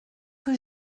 que